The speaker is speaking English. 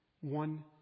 One